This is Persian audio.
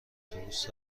اتوبوس